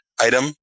item